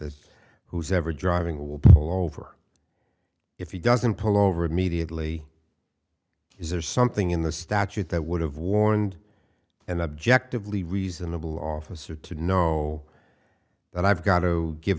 that who's ever driving will pull over if he doesn't pull over immediately is there something in the statute that would have warned and objectively reasonable officer to know that i've got to give